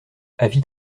avis